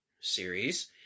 Series